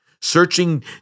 Searching